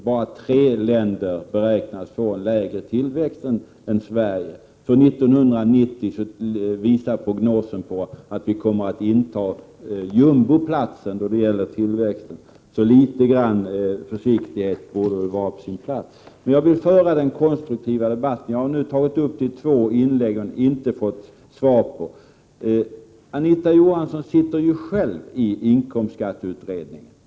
Endast tre länder beräknas få en lägre tillväxt än Sverige. För 1990 visar prognosen att Sverige kommer att inta jumboplatsen då det gäller tillväxten. Litet försiktighet borde därför vara på sin plats. Jag vill föra en konstruktiv debatt. Jag har tagit upp följande i två inlägg men inte fått något svar. Anita Johansson sitter ju själv i inkomstskatteutredningen.